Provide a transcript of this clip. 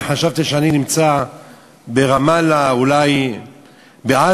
אני חשבתי שאני נמצא ברמאללה, אולי בעזה.